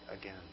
again